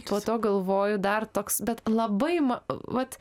po to galvoju dar toks bet labai ma vat